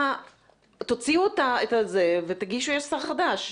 תוציאו את התקנות ותאמרו שיש שר חדש.